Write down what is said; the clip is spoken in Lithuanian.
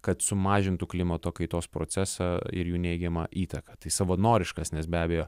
kad sumažintų klimato kaitos procesą ir jų neigiamą įtaką tai savanoriškas be abejo